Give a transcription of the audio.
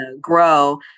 grow